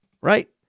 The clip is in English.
right